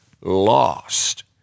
lost